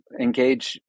engage